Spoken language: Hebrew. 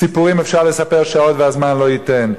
סיפורים אפשר לספר שעות והזמן לא ייתן,